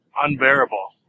unbearable